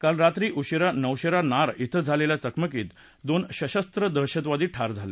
काल रात्री उशिरा नौशेरा नार िं झालेल्या चकमकीत दोन सशस्त्र दहशतवादी ठार झाले